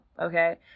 Okay